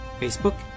Facebook